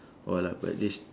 or like but this